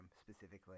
specifically